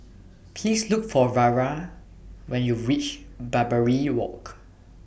Please Look For Vara when YOU REACH Barbary Walk